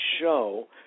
show